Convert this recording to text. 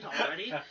already